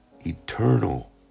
eternal